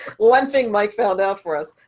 one thing mike found out for us.